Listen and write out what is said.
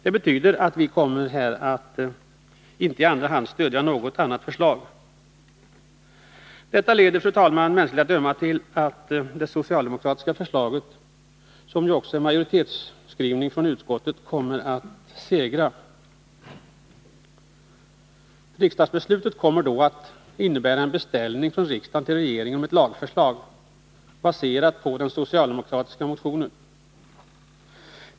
Det betyder att vi här i kammaren i andra hand inte kommer att stödja något annat förslag. Detta leder, fru talman, mänskligt att döma till att det socialdemokratiska förslaget, som också är utskottsmajoritetens, kommer att vinna. Riksdagsbeslutet kommer då att innebära en beställning från riksdagen till regeringen om ett lagförslag baserat på den socialdemokratiska motionen.